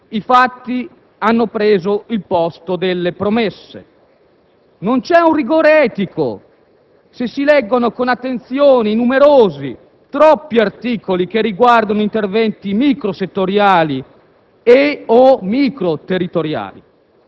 che tra nuovi e vecchi partiti i fatti hanno preso il posto delle promesse. Non c'è poi un rigore etico, come si può constatare leggendo con attenzione i numerosi, troppi, articoli che riguardano interventi microsettoriali